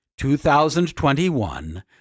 2021